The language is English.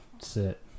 Sit